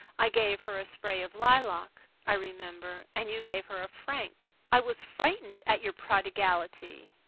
i gave her a spray of lilac, i remember, and you gave her a franc. i was frightened at your prodigality.